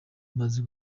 amaze